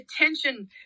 attention